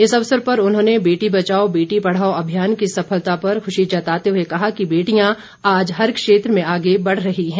इस अवसर पर उन्होंने बेटी बचाओ बेटी पढ़ाओ अभियान की सफलता पर खुशी जताते हुए कहा कि बेटियां आज हर क्षेत्र में आगे बढ़ रही है